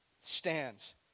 stands